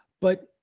but-